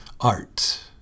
Art